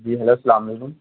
جی hello السلام علیکم